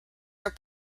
are